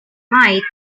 fight